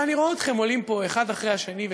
אבל אני רואה אתכם עולים פה אחד אחרי השני,